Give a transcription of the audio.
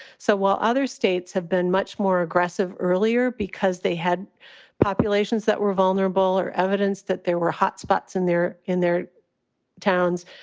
so while other states have been much more aggressive earlier because they had populations that were vulnerable or evidence that there were hot spots in there in their towns,